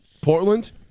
Portland